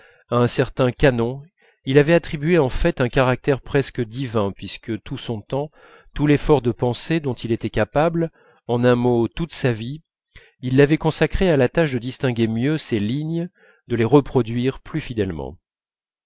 un certain canon il avait attribué en fait un caractère presque divin puisque tout son temps tout l'effort de pensée dont il était capable en un mot toute sa vie il l'avait consacrée à la tâche de distinguer mieux ces lignes de les reproduire plus fidèlement